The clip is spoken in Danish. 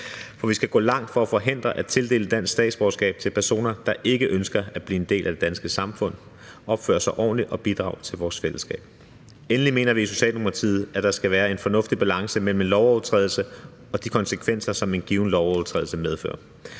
for vi skal gå langt for at forhindre at tildele dansk statsborgerskab til personer, der ikke ønsker at blive en del af det danske samfund, opføre sig ordentligt og bidrage til vores fællesskab. Endelig mener vi i Socialdemokratiet, at der skal være en fornuftig balance mellem en lovovertrædelse og de konsekvenser, som en given lovovertrædelse medfører.